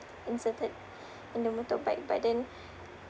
inserted in the motorbike but then